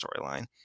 storyline